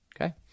Okay